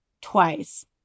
twice